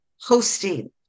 hosting